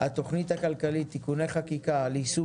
התכנית הכלכלית (תיקוני חקיקה ליישום